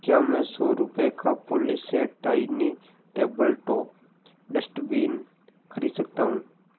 क्या मैं सौ रुपये का Polyset tiny table top dustbin खरीद सकता हूँ